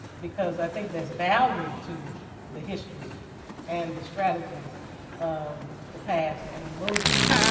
because i think there's value to the history and the strategies of the past and the movement.